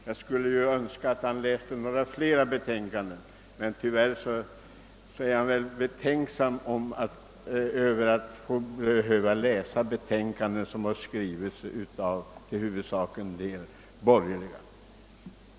Jag skulle givetvis önska att han läste några fler betänkanden, men tyvärr är han väl betänksam mot att läsa betänkanden som skrivits av i huvudsak borgerliga representanter.